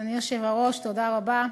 אדוני היושב-ראש, תודה רבה,